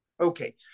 Okay